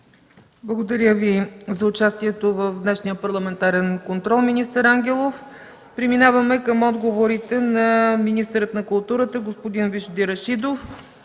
Благодаря Ви за участието в днешния парламентарен контрол, министър Ангелов. Преминаваме към отговорите на министъра на културата господин Вежди Рашидов.